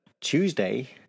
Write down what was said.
Tuesday